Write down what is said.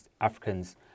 africans